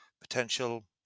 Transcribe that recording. potential